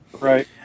Right